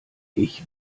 ich